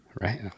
Right